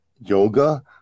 yoga